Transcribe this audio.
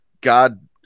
God